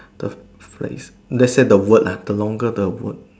the phrase let's say the word lah the longer the word